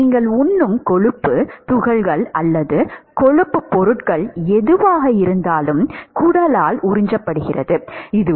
நீங்கள் உண்ணும் கொலஸ்ட்ரால் கொழுப்பு துகள்கள் அல்லது கொழுப்புப் பொருட்கள் எதுவாக இருந்தாலும் குடலால் உறிஞ்சப்படுகிறது